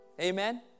Amen